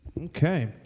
Okay